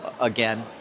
again